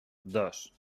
dos